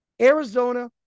Arizona